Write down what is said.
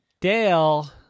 Dale